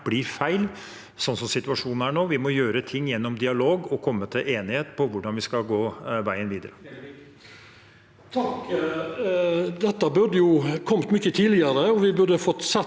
blir feil, sånn som situasjonen er nå. Vi må gjøre ting gjennom dialog og komme til enighet om hvordan vi skal gå veien videre.